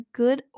good